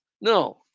No